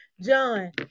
john